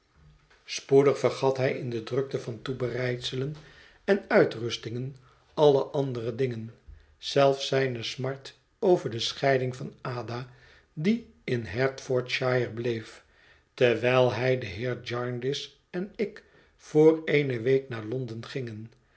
spoedig vergat hij in de drukte van toebereidselen en uitrustingen alle andere dingen zelfs zijne smart over de scheiding van ada die in herfordshire bleef terwijl hij de heer jarndyce en ik voor eene week naar londen gingen